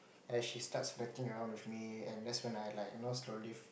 and she starts flirting along with me and that's when I like you know slowly